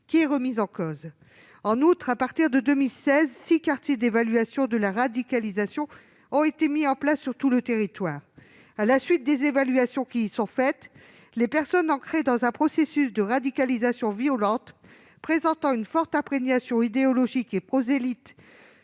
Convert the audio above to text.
qui est remise en cause. En outre, à partir de 2016, six quartiers d'évaluation de la radicalisation ont été mis en place sur tout le territoire. À la suite des évaluations menées, les personnes ancrées dans un processus de radicalisation violente et présentant une forte imprégnation idéologique et prosélyte